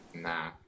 nah